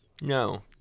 No